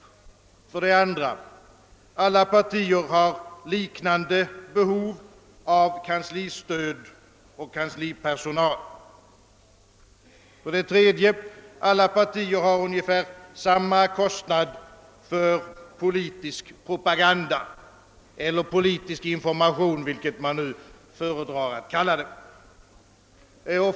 För det andra: alla partier har liknande behov av kanslistöd och kanslipersonal. För det tredje: alla partier har ungefär samma kostnad för politisk propa ganda — eller politisk information, om man föredrar att kalla det så.